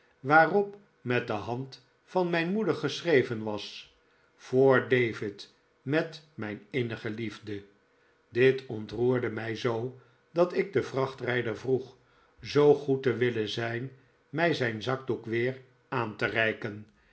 waarop met de hand van mijn moeder geschreven was voor david met mijn innige liefde dit ontroerde mij zoo r dat ik den vrachtrijder vroeg zoo goed te willen zijn mij mijn zakdoek weer aan te reiken